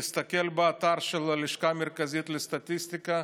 תסתכל באתר של הלשכה המרכזית לסטטיסטיקה,